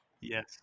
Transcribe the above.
Yes